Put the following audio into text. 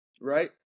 Right